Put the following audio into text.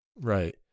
right